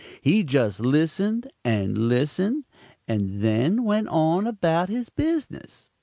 he just listened and listened and then went on about his business.